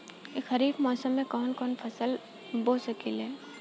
खरिफ मौसम में कवन कवन फसल बो सकि ले?